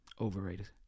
Overrated